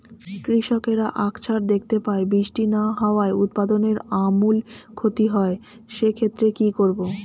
কৃষকরা আকছার দেখতে পায় বৃষ্টি না হওয়ায় উৎপাদনের আমূল ক্ষতি হয়, সে ক্ষেত্রে কি করব?